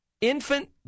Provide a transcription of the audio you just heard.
infant